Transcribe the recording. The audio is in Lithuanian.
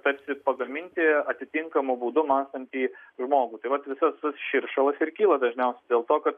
tarsi pagaminti atitinkamu būdu mąstantį žmogų tai vat visas su širšalas ir kyla dažniau dėl to kad